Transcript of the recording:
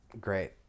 great